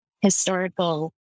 historical